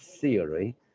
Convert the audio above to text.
theory